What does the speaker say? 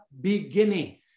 beginning